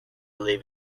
leave